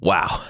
Wow